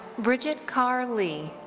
bridget carr lee.